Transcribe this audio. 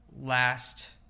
last